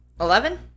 Eleven